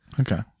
Okay